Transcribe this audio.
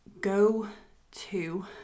go-to